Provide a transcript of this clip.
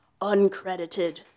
uncredited